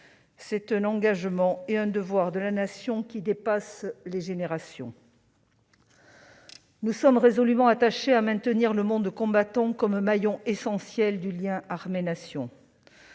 d'un engagement et d'un devoir de la Nation qui dépassent les générations. Nous sommes résolument attachés à maintenir le monde combattant comme maillon essentiel du lien armées-Nation.